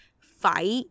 fight